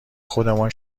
خودمان